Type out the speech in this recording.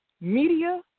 media